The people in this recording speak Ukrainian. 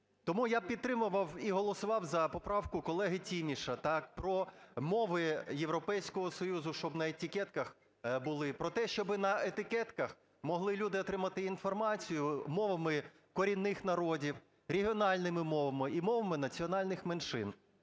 Тому я підтримував і голосував за поправку колеги Тіміша, так, про мови Європейського Союзу, щоб на етикетках були, про те, щоб на етикетках могли люди отримати інформацію мовами корінних народів, регіональними мовами і мовами національних меншин.